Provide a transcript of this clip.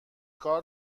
کار